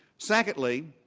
secondly,